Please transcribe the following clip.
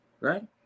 Right